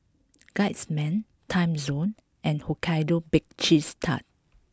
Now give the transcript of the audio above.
Guardsman Timezone and Hokkaido Baked Cheese Tart